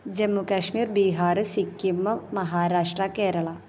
Jammu Kashmir Bihar Sikkim Maharashtra Kerala